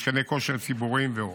מתקני כושר ציבוריים ועוד,